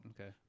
Okay